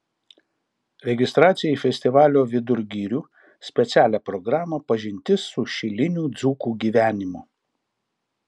registracija į festivalio vidur girių specialią programą pažintis su šilinių dzūkų gyvenimu